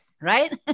Right